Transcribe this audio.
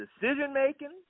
decision-making